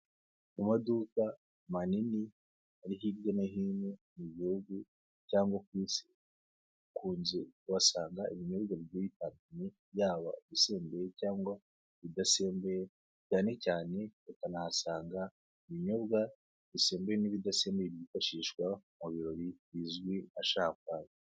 Mu maduka manini ari hirya no hino mu gihugu cyangwa ku isi, ukunze kuhasanga ibinyuyobwa bigiye bitandukanye yaba ibisembuye cyangwa ibidasembuye, cyane cyane bakanahasanga ibinyobwa bisembuwe n'ibidasembuye byifashishwa mu birori bizwi nka shampanyi.